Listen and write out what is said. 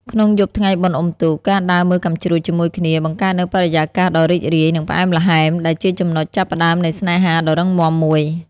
ក្នុងយប់ថ្ងៃបុណ្យអុំទូក ការដើរមើលកាំជ្រួចជាមួយគ្នា បង្កើតនូវបរិយាកាសដ៏រីករាយ និងភាពផ្អែមល្ហែម ដែលជាចំណុចចាប់ផ្ដើមនៃស្នេហាដ៏រឹងមាំមួយ។